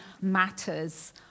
matters